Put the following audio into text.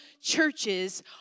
churches